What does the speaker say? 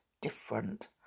different